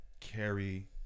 carry